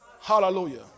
Hallelujah